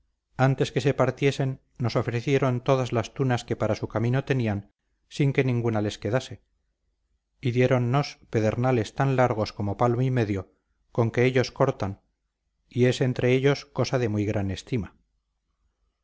antes que se partiesen nos ofrecieron todas las tunas que para su camino tenían sin que ninguna les quedase y diéronnos pedernales tan largos como palmo y medio con que ellos cortan y es entre ellos cosa de muy gran estima